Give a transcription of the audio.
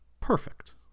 perfect